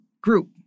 group